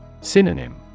Synonym